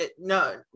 No